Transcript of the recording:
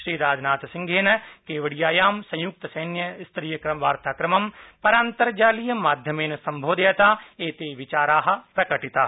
श्रीराजनाथसिंहेन केवडियायां संयुक्तसैन्यस्तरीयवार्ताक्रमं परान्तर्जालीय माध्यमेन सम्बोधयता एते विचाराः प्रकटिताः